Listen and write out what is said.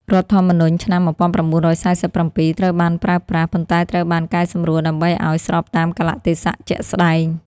រដ្ឋធម្មនុញ្ញឆ្នាំ ១៩៤៧ ត្រូវបានប្រើប្រាស់ ប៉ុន្តែត្រូវបានកែសម្រួលដើម្បីឱ្យស្របតាមកាលៈទេសៈជាក់ស្តែង។